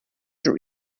your